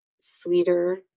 sweeter